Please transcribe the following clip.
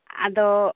ᱟᱫᱚ